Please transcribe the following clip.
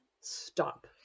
stop